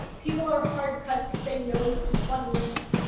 people are hard-pressed to say no to twenty minutes.